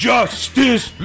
Justice